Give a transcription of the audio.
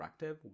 interactive